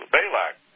Balak